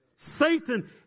Satan